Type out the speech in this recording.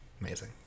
Amazing